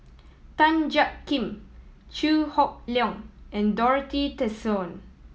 Tan Jiak Kim Chew Hock Leong and Dorothy Tessensohn